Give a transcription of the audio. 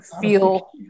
feel